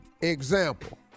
Example